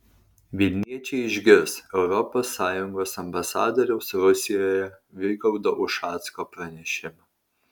vilniečiai išgirs europos sąjungos ambasadoriaus rusijoje vygaudo ušacko pranešimą